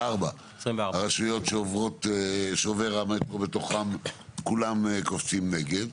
הרשויות שעובר המטרו בתוכם כולם קופצים נגד,